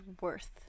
worth